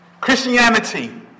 Christianity